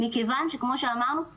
מכיוון שכמו אמרנו,